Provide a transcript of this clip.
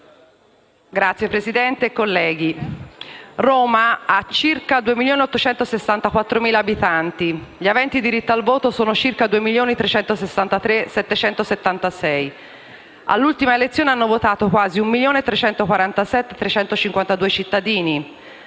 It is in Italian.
Roma ha circa 2.864.000 abitanti. Gli aventi diritto al voto sono 2.363.776. All'ultima elezione hanno votato 1.347.352 cittadini.